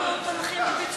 טוב, אנחנו תומכים בפיצולים.